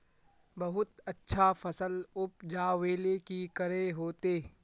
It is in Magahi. बहुत अच्छा फसल उपजावेले की करे होते?